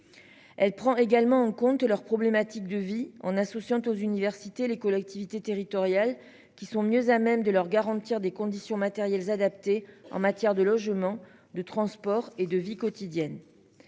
Elle prend également en compte leurs problématiques de vie en associant aux universités, les collectivités territoriales qui sont mieux à même de leur garantir des conditions matérielles adaptées en matière de logement, de transport et de vie quotidienne.